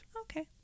Okay